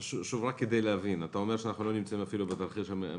כדי להבין: אתה אומר שאנחנו לא נמצאים אפילו בתרחיש המרכזי,